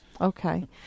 okay